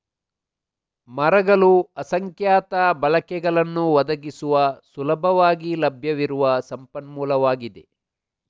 ಮರಗಳು ಅಸಂಖ್ಯಾತ ಬಳಕೆಗಳನ್ನು ಒದಗಿಸುವ ಸುಲಭವಾಗಿ ಲಭ್ಯವಿರುವ ಸಂಪನ್ಮೂಲವಾಗಿದೆ